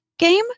Game